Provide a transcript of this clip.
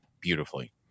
beautifully